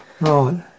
Right